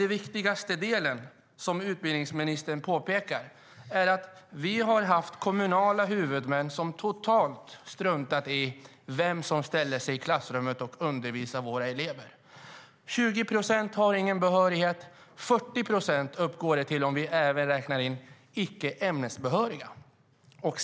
Den viktigaste delen är, som utbildningsministern påpekade, att vi har haft kommunala huvudmän som totalt struntat i vem som ställer sig i klassrummet och undervisar våra elever. 20 procent har ingen behörighet. 40 procent uppgår det till om vi även räknar in icke ämnesbehöriga.